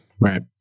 Right